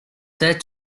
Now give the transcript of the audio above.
said